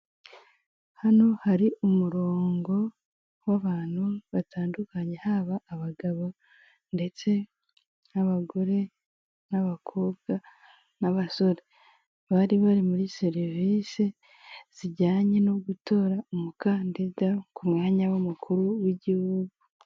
Hano hari umurongo w'abantu batandukanye, haba abagabo ndetse n'abagore, n'abakobwa, n'abasore. Bari bari muri serivise zijyanye no gutora umukandida ku mwanya w'umukuru w'igihugu.